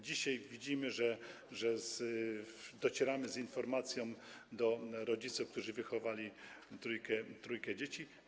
Dzisiaj widzimy, że docieramy z informacją do rodziców, którzy wychowali trójkę dzieci.